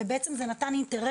הדבר הזה בעצם נתן אינטרס,